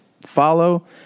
follow